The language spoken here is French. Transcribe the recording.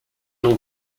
non